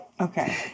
Okay